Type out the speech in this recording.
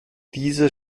dieser